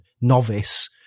novice